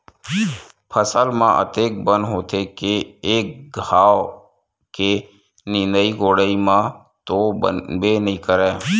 फसल म अतेक बन होथे के एक घांव के निंदई कोड़ई म तो बनबे नइ करय